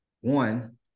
one